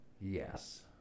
Yes